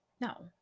No